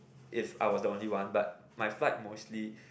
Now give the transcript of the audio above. if I was the only one but my flight mostly